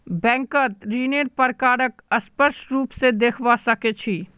बैंकत ऋन्नेर प्रकारक स्पष्ट रूप से देखवा सके छी